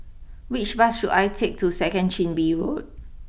which bus should I take to second Chin Bee Road